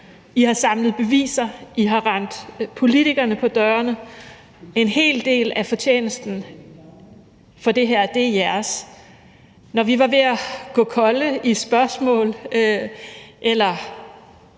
I har samlet beviser, I har rendt politikerne på dørene, en hel del af fortjenesten for det her er jeres. Når vi var ved at gå kolde i spørgsmål eller